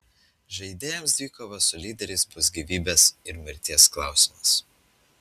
žaidėjams dvikova su lyderiais bus gyvybės ir mirties klausimas